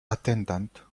attendant